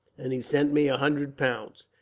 and he sent me a hundred pounds,